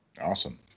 Awesome